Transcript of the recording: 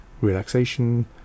Relaxation